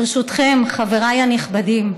ברשותכם, חבריי הנכבדים,